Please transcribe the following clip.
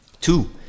Two